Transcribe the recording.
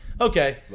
Okay